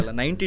90